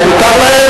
מותר להם,